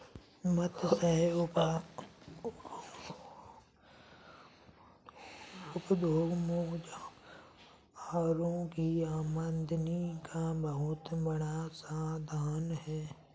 मत्स्य उद्योग मछुआरों की आमदनी का बहुत बड़ा साधन है